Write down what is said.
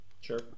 Sure